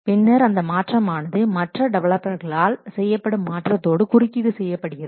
பின்னர் அந்த மாற்றமானது மற்ற டெவலப்பர்களால் செய்யப்படும் மாற்றத்தோடு குறுக்கீடு செய்யப்படுகிறது